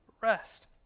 rest